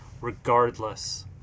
regardless